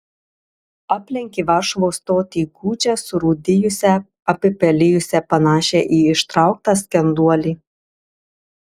aplenkė varšuvos stotį gūdžią surūdijusią apipelijusią panašią į ištrauktą skenduolį